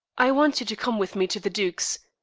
i want you to come with me to the duke's.